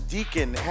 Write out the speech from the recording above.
Deacon